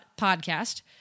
podcast